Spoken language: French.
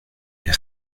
est